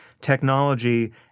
technology